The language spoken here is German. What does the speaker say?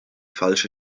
falsche